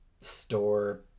store